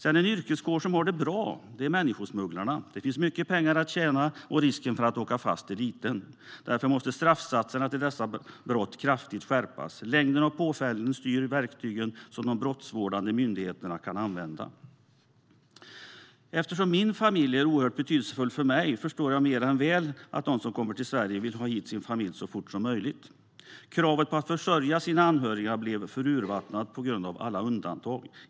En yrkeskår som har det bra är människosmugglarna. Det finns mycket pengar att tjäna, och risken att åka fast är liten. Därför måste straffsatserna för dessa brott kraftigt skärpas. Påföljdens längd styr de verktyg som de brottsvårdande myndigheterna kan använda. Eftersom min familj är oerhört betydelsefull för mig förstår jag mer än väl att de som kommer till Sverige vill ha hit sin familj så fort som möjligt. Kravet på att försörja sina anhöriga blev för urvattnat på grund av alla undantag.